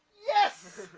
yes!